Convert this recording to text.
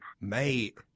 mate